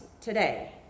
today